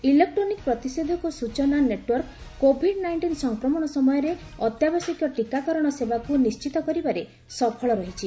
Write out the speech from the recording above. electronic ପ୍ରତିଷେଧକ ସୂଚନା network COVID nineteen ସଂକ୍ରମଣ ସମୟରେ ଅତ୍ୟାବଶ୍ୟକ ଟୀକାକରଣ ସେବାକୁ ନିଶ୍ଚିତ କରିବାରେ ସଫଳ ରହିଛି